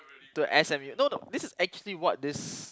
to S_M_U no no this is actually what this